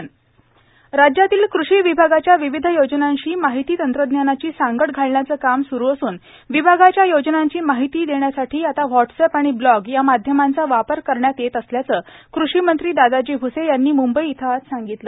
क़षीमंत्री भ्से राज्यातील कृषी विभागाच्या विविध योजनांशी माहिती तंत्रज्ञानाची सांगड घालण्याचे काम सुरू असून विभागाच्या योजनांची माहिती देण्यासाठी आता व्हाटसअॅप आणि ब्लॉग या माध्यमांचा वापर करण्यात येत असल्याचे कृषीमंत्री दादाजी भूसे यांनी मुंबई येथे सांगितले